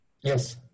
Yes